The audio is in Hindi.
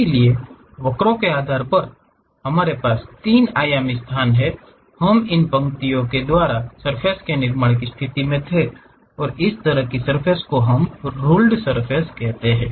इसलिए वक्रों के आधार पर जो हमारे पास 3 आयामी स्थान में है हम इन पंक्तियों द्वारा एक सर्फ़ेस के निर्माण की स्थिति में थे और इस तरह की सर्फ़ेस को हम रुल्ड सर्फ़ेस कहते हैं